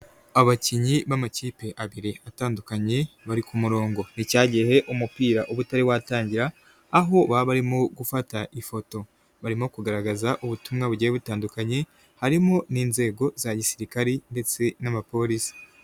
Abakinnyi b'amakipe abiri atandukanye bari ku murongo nticyagiye umupira uba utari watangira aho baba barimo gufata ifoto, barimo kugaragaza ubutumwa bugiye butandukanye harimo n'inzego za gisirikare ndetse n'abapolisi.